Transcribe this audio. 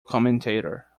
commentator